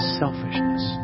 selfishness